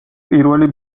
პირველი